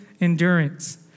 endurance